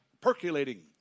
Percolating